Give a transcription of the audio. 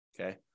Okay